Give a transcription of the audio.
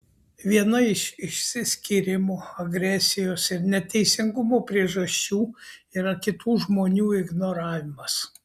viena iš išsiskyrimo agresijos ir neteisingumo priežasčių yra kitų žmonių ignoravimas